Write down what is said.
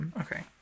Okay